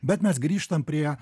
bet mes grįžtam prie